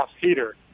heater